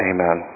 Amen